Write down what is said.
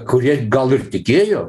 kurie gal ir tikėjo